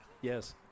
yes